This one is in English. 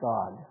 God